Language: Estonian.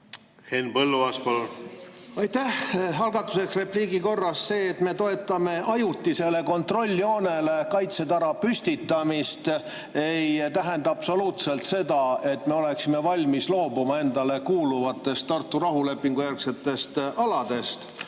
Henn Põlluaas, palun! Aitäh! Alustuseks repliigi korras: see, et me toetame ajutisele kontrolljoonele kaitsetara püstitamist, ei tähenda absoluutselt seda, et me oleksime valmis loobuma endale kuuluvatest Tartu rahulepingu järgsetest aladest.